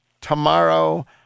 tomorrow